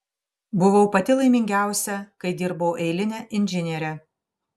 buvau pati laimingiausia kai dirbau eiline inžiniere